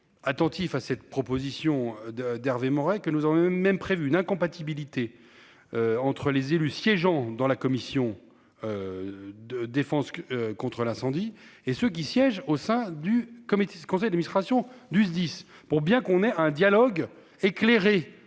Attentif à cette proposition de d'Hervé Morin et que nous on avait même prévu une incompatibilité. Entre les élus siégeant dans la commission. De défense contre l'incendie et ceux qui siègent au sein du comité. Ce conseil administration du SDIS pour bien qu'on ait un dialogue éclairé